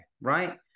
right